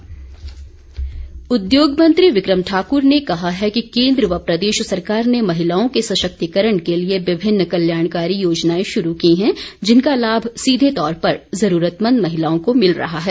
बिक्रम ठाक्र उद्योग मंत्री बिक्रम ठाकर ने कहा है कि केन्द्र व प्रदेश सरकार ने महिलाओं के सशक्तिकरण के लिए विभिन्न कल्याणकारी योजनाएं शुरू की हैं जिनका लाभ सीधे तौर पर जरूरतमंद महिलाओं को मिल रहा है